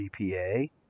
GPA